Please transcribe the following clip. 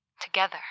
Together